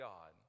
God